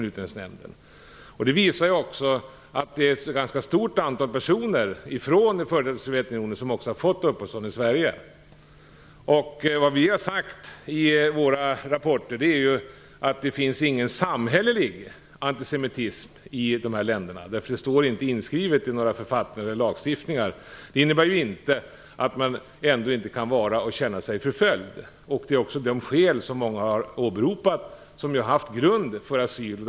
Det visas också av det faktum att ett ganska stort antal personer från f.d. Sovjetunionen har fått uppehållstillstånd i Sverige. Vad vi har sagt i våra rapporter är att det inte finns någon samhällelig antisemitism i dessa länder. Det står inte inskrivet i några författningar eller lagar. Men det innebär inte att man inte kan känna sig eller vara förföljd. Det är också de skäl som har åberopats av många som har haft grund för att få asyl.